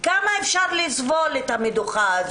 כמה אפשר לסבול את המדוכה הזאת?